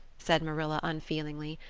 said marilla unfeelingly.